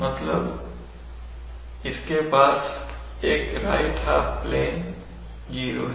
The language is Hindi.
मतलब इसके पास राइट हाफ प्लेन मैं एक जीरो है